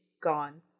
gone